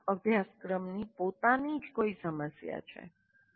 આ ખાસ અભ્યાસક્રમની પોતાની જ કોઈ સમસ્યા છે